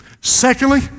Secondly